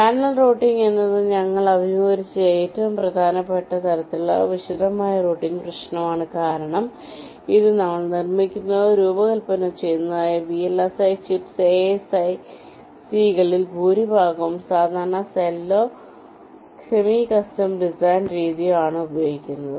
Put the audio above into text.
channel routing എന്നത് ഞങ്ങൾ അഭിമുഖീകരിച്ച ഏറ്റവും പ്രധാനപ്പെട്ട തരത്തിലുള്ള വിശദമായ റൂട്ടിംഗ് പ്രശ്നമാണ് കാരണം ഇന്ന് നമ്മൾ നിർമ്മിക്കുന്നതോ രൂപകൽപന ചെയ്യുന്നതോ ആയ VLSI ചിപ്സ് ASIC കളിൽ ഭൂരിഭാഗവും സാധാരണ സെല്ലോ സെമി കസ്റ്റം ഡിസൈൻ രീതിയോ ആണ് ഉപയോഗിക്കുന്നത്